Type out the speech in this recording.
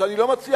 שאני לא מצליח,